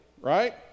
right